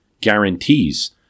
guarantees